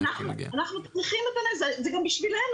אנחנו צריכים את הנפט, זה גם בשבילנו,